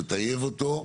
נטייב אותו.